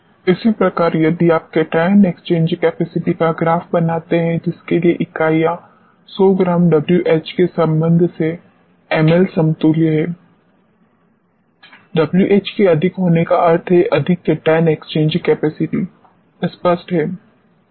इसी प्रकार यदि आप केटायन एक्सचेंज कैपेसिटी का ग्राफ बनाते हैं जिसके लिए इकाइयाँ 100 ग्राम Wh के संबंध में मिली समतुल्य हैं Wh के अधिक होने का अर्थ है अधिक केटायन एक्सचेंज कैपेसिटी स्पष्ट है